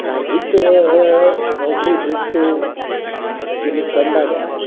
ನಾ ಇದ್ದ ನೌಕರಿ ಬಿಟ್ಟು ಇಲ್ಲಿಗೆ ಬಂದಾಗ